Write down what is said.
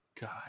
God